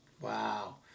Wow